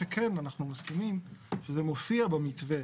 אנחנו מסכימים שזה מופיע במתווה.